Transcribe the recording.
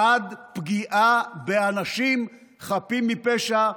בעד פגיעה באנשים חפים מפשע,